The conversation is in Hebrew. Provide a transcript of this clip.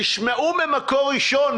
תשמעו ממקור ראשון.